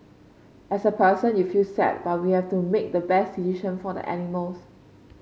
as a person you feel sad but we have to make the best decision for the animals